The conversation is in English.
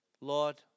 Lord